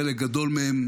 חלק גדול מהם